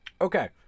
Okay